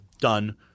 done